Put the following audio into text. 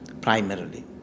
primarily